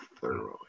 thoroughly